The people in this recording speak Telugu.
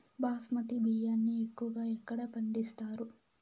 బాస్మతి బియ్యాన్ని ఎక్కువగా ఎక్కడ పండిస్తారు?